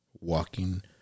walking